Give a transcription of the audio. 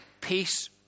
peace